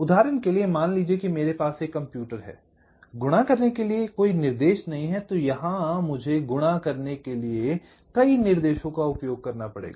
उदाहरण के लिए मान लीजिए कि मेरे पास एक कंप्यूटर है गुणा करने के लिए कोई निर्देश नहीं है तो मुझे यहां गुणा करने के लिए कई निर्देशों का उपयोग करना पड़ेगा